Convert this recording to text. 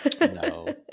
No